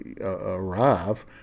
arrive